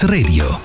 Radio